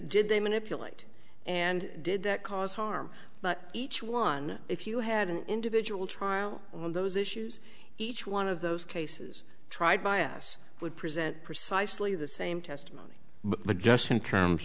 did they manipulate and did that cause harm but each one if you had an individual trial all of those issues each one of those cases tried by us would present precisely the same testimony but just in terms